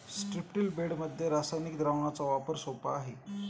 स्ट्रिप्टील बेडमध्ये रासायनिक द्रावणाचा वापर सोपा आहे